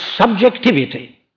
subjectivity